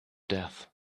death